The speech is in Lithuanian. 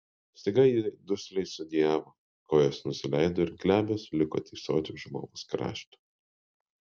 staiga ji dusliai sudejavo kojos nusileido ir glebios liko tysoti už lovos krašto